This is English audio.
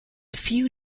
few